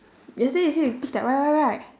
yesterday you said you pissed at Y_Y right